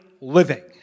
Living